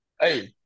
Hey